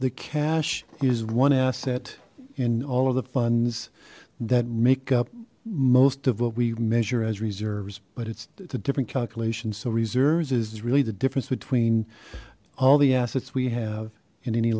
the cash is one asset in all of the funds that make up most of what we measure as reserves but it's a different calculation so reserves is really the difference between all the assets we have in any